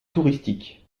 touristiques